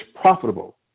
profitable